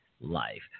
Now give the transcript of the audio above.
life